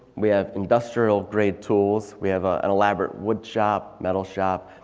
we have industrial grade tools we have an elaborate wood shop, metal shop.